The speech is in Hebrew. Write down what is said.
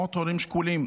מאות הורים שכולים.